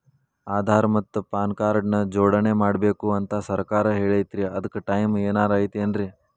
ಆಧಾರ ಮತ್ತ PAN card ನ ಜೋಡಣೆ ಮಾಡ್ಬೇಕು ಅಂತಾ ಸರ್ಕಾರ ಹೇಳೈತ್ರಿ ಅದ್ಕ ಟೈಮ್ ಏನಾರ ಐತೇನ್ರೇ?